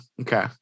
Okay